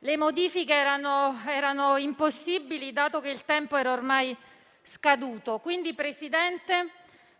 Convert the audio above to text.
le modifiche erano impossibili dato che il tempo era ormai scaduto. Quindi, Presidente,